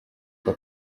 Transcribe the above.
kwa